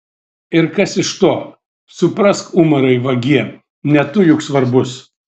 ir kas iš to suprask umarai vagie ne tu juk svarbus